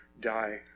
die